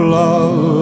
love